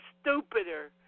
stupider